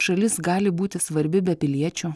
šalis gali būti svarbi be piliečių